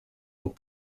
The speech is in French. pour